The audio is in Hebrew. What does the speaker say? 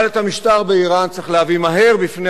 אבל את המשטר באירן צריך להביא מהר בפני